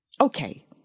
Okay